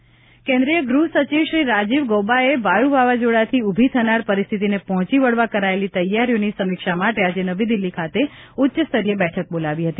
કેન્દ્રિય બેઠક કેન્દ્રિય ગૃહ સચિવ શ્રી રાજીવ ગૌબાએ વાયુ વાવાઝોડાથી ઉત્મી થનાર પરિસ્થિતિને પહોંચી વળવા કરાયેલી તૈયારીઓની સમીક્ષા માટે આજે નવી દિલ્હી ખાતે ઉચ્ચ સ્તરીય બેઠક બોલાવી હતી